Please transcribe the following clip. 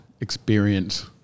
experience